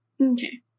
Okay